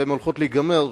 והן עומדות להיגמר.